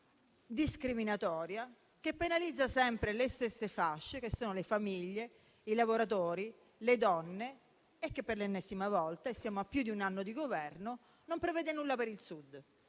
discriminatoria, che penalizza sempre le stesse fasce, che sono le famiglie, i lavoratori, le donne e che, per l'ennesima volta, dopo più di un anno di Governo, non prevede nulla per il Sud